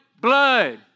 Blood